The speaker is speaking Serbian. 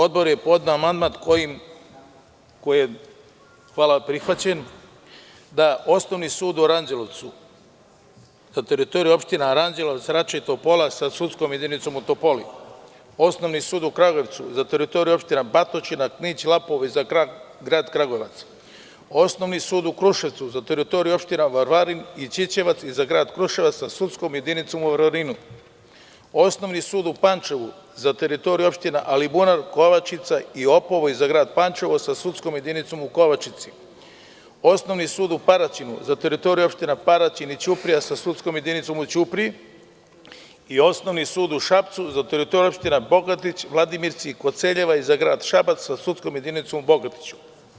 Odbor je podneo amandman, koji je prihvaćen, za osnovni sud u Aranđelvcu, za teritoriju opštine Aranđelovac, Rača i Topola sa sudskom jedinicom u Topoli, osnovni sud u Kragujevcu za teritoriju opštine Batočina, Knić, Lapovo i za Grad Kragujevac, osnovni sud u Kruševcu za teritoriju opštine Varvarin i Ćićevac i za Grad Kruševac sa sudskom jedinicom u Varvarinu, osnovni sud u Pančevu za teritoriju opštine Alibunar, Kovačica i Opovo i za Grad Pančevo sa sudskom jedinicom u Kovačici, osnovni sud u Paraćinu za teritoruju opštine Paraćin i Ćuprija sa sudskom jedinicom u Ćupriji i osnovni sud u Šapcu za teritoriju opštine Bogatić, Vladimirci i Koceljeva i za Grada Šabac sa sudskom jedinicom u Bogatiću.